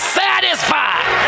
satisfied